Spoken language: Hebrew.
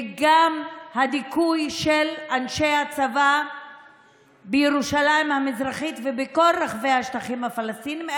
וגם הדיכוי של אנשי הצבא בירושלים המזרחית ובכל רחבי השטחים הפלסטיניים,